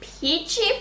Peachy